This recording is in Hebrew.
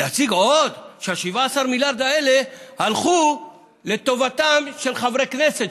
להציג עוד שה-17 מיליארד האלה הלכו לטובתם של חברי כנסת,